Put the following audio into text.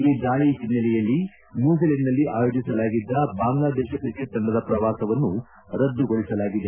ಈ ದಾಳಿ ಹಿನ್ನೆಲೆಯಲ್ಲಿ ನ್ಲೂಜಿಲೆಂಡ್ನಲ್ಲಿ ಆಯೋಜಿಸಲಾಗಿದ್ದ ಬಾಂಗ್ಲಾದೇಶ ಕ್ರಿಕೆಟ್ ತಂಡದ ಪ್ರವಾಸವನ್ನು ರದ್ದುಗೊಳಿಸಲಾಗಿದೆ